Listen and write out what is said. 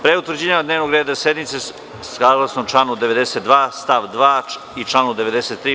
Pre utvrđivanja dnevnog reda sednice, saglasno članu 92. stav 2. i član 93.